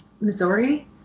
Missouri